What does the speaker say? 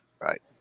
Right